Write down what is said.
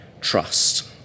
trust